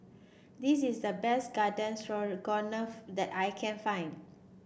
this is the best Garden Stroganoff that I can find